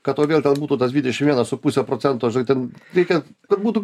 kad tau vėl ten būtų tas dvidešimt vienas su puse procento žinai ten reikia kad būtų